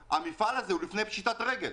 והמפעל הזה הוא גם לפני פשיטת רגל,